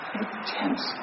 intense